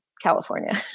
California